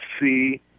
see